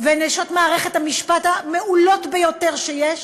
ונשות מערכת המשפט המעולות ביותר שיש,